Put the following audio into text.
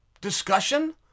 discussion